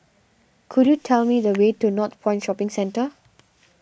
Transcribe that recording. could you tell me the way to Northpoint Shopping Centre